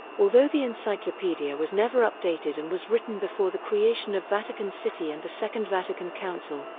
although the encyclopedia was never updated and was written before the creation of vatican city and the second vatican council,